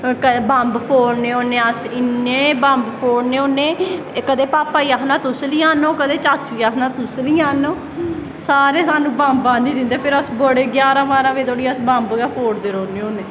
बंब फोड़ने होन्ने अस इन्ने बंब फोड़ने होन्ने कदें भापा गी आखना तुस लेई आह्नो कदैं चाचू गी आखना तुस लेई आह्नो सारे साह्नू बंब आह्नी दिंदे फिर अस ग्यारां बाह्रां बज़े धोड़ी अस बंब गै फोड़दे रौह्ने होन्ने